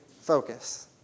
focus